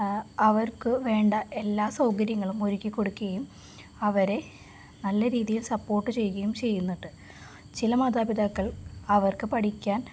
അവർക്ക് വേണ്ട എല്ലാ സൗകര്യങ്ങളും ഒരുക്കിക്കൊടുക്കുകയും അവരെ നല്ല രീതിയിൽ സപ്പോർട്ട് ചെയ്യുകയും ചെയ്യുന്നുണ്ട് ചില മാതാപിതാക്കൾ അവർക്ക് പഠിക്കാൻ